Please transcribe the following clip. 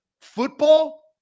football